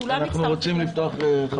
כולם מצטרפים לדברים.